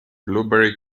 blueberry